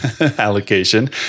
allocation